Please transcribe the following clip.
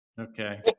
Okay